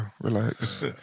Relax